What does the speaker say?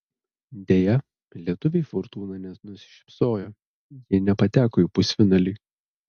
deja lietuvei fortūna nenusišypsojo ji nepateko į pusfinalį